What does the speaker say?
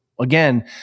again